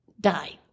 Die